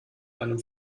einem